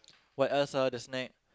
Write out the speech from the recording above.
what else ah the snack